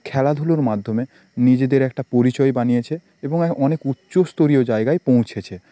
খেলাধুলোর মাধ্যমে নিজেদের একটা পরিচয় বানিয়েছে এবং অনেক উচ্চস্তরীয় জায়গায় পৌঁছেছে